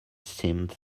seemed